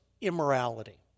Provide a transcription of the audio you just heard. immorality